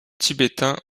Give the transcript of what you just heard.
tibétains